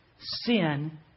sin